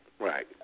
Right